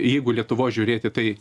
jeigu lietuvos žiūrėti tai